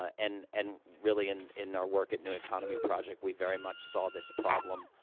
ah and and really, in in our work at new economy project, we very much saw this problem,